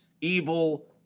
evil